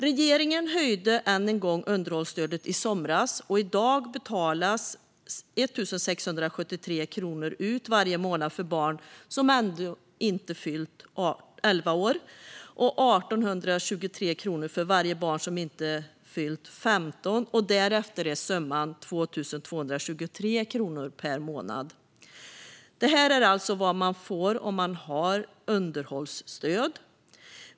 Regeringen höjde i somras än en gång underhållsstödet. I dag betalas varje månad ut 1 673 kronor för barn som ännu inte fyllt 11 år och 1 823 kronor för varje barn som inte fyllt 15 år. Därefter är summan 2 223 kronor per månad. Det är alltså vad man får om man har underhållsstöd.